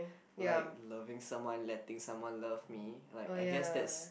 like loving someone letting someone love me like I guess that's